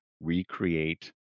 recreate